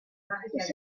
success